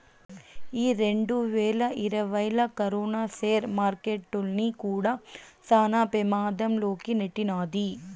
ఈ రెండువేల ఇరవైలా కరోనా సేర్ మార్కెట్టుల్ని కూడా శాన పెమాధం లోకి నెట్టినాది